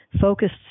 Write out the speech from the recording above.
focused